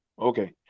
Okay